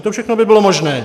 To všechno by bylo možné.